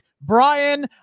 Brian